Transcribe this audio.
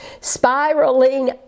spiraling